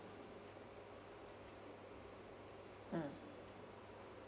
mm